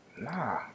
nah